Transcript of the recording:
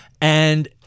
and-